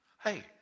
Hey